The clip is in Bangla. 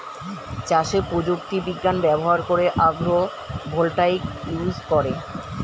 চাষে প্রযুক্তি বিজ্ঞান ব্যবহার করে আগ্রো ভোল্টাইক ইউজ করে